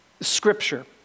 Scripture